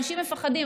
אנשים מפחדים.